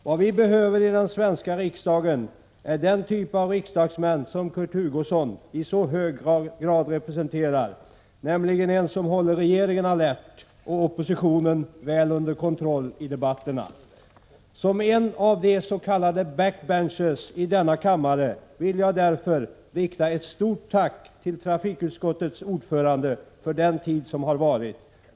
Vad vi behöver i den svenska riksdagen är den typ av riksdagsmän som Kurt Hugosson i så hög grad representerar, nämligen en som håller regeringen alert och oppositionen väl under kontroll i debatterna. Som en av flera s.k. back-bencher i denna kammare vill jag därför rikta ett stort tack till trafikutskottets ordförande för den tid som har varit.